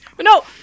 No